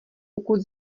pokud